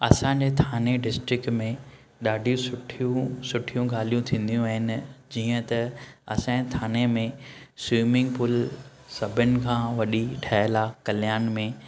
असां जे थाने डिस्टिक में ॾाढियूं सुठियूं सुठियूं ॻाल्हियूं थींदियूं आहिनि जीअं त असां जे थाने में स्विमिंग पूल सभिनी खां वॾी ठहियल आहे कल्यान में